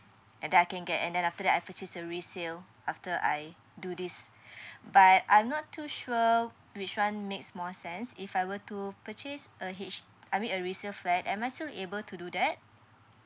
and then I can get and then after that I purchase a resale after I do this but I'm not too sure which one makes more sense if I were to purchase a H I mean a resale flat am I still able to do that